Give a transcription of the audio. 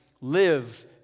Live